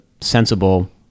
sensible